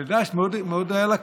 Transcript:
ולדאעש היה מאוד קל,